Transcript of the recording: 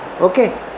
Okay